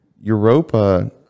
Europa